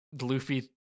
Luffy